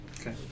Okay